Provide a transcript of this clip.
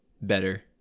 better